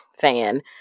fan